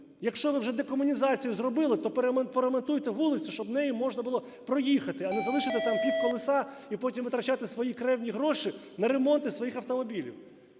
Якщо ви вже декомунізацію зробили, то поремонтуйте вулицю, щоб нею можна було проїхати, а не залишити там півколеса і потім витрачати свої кревні гроші на ремонти своїх автомобілів.